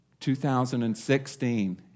2016